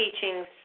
teachings